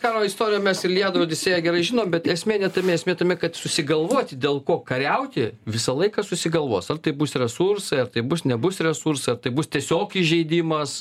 karo istoriją mes iliadą odisėją gerai žinom bet esmė ne tame esmė tame kad susigalvoti dėl ko kariauti visą laiką susigalvos ar tai bus resursai ar tai bus nebus resursai tai bus tiesiog įžeidimas